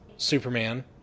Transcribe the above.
superman